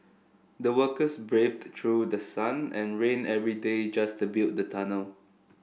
the workers braved through the sun and rain every day just to build the tunnel